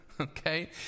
Okay